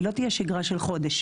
היא לא תהיה שגרה של חודש.